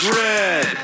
red